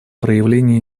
проявления